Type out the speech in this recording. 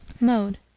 Mode